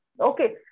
Okay